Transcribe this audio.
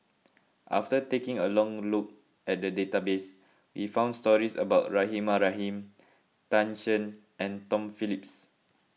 after taking a long look at the database we found stories about Rahimah Rahim Tan Shen and Tom Phillips